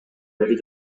бери